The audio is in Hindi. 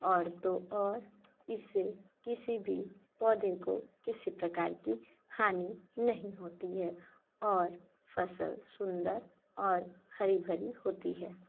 और तो और इसे किसी भी पौधे को किसी भी प्रकार की हानि नहीं होती है और फसल सुंदर और हरी भारी होती है